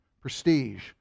prestige